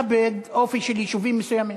האופי, זאת מילת הקסם.